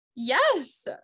yes